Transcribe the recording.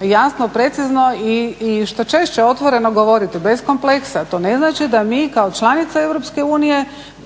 jasno, precizno i što češće otvoreno govoriti bez kompleksa, to ne znači da mi kao članica EU